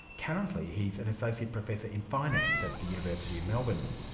currently he's an associate professor in finance at the university of melbourne.